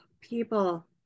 people